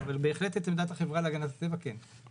אבל את עמדת החברה להגנת הטבע כן.